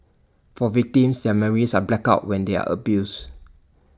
for victims their memories are blacked out when they are abused